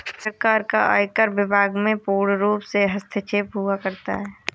सरकार का आयकर विभाग में पूर्णरूप से हस्तक्षेप हुआ करता है